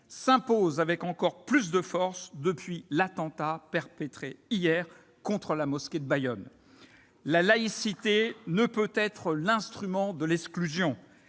s'impose encore avec plus de force depuis l'attentat perpétré hier contre la mosquée de Bayonne. La laïcité ne peut être l'instrument de l'exclusion